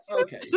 Okay